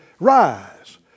rise